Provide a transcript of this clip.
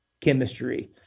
chemistry